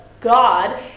god